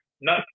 no